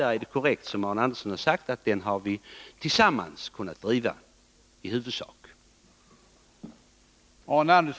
Den har vi, som Arne Andersson korrekt har sagt, i huvudsak kunnat driva tillsammans.